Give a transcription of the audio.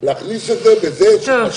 אבל באמת,